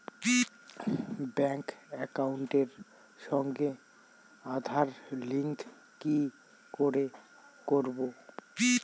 Bank একাউন্টের সঙ্গে Aadhaar link কি করে করবো?